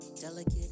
Delicate